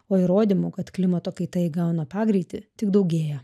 o įrodymų kad klimato kaita įgauna pagreitį tik daugėja